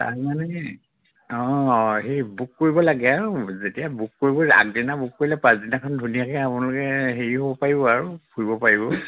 তাৰমানে অঁ অঁ সেই বুক কৰিব লাগে আৰু যেতিয়া বুক কৰিব আগদিনা বুক কৰিলে পাঁচদিনাখন ধুনীয়াকৈ আপোনালোকে হেৰি হ'ব পাৰিব আৰু ফুৰিব পাৰিব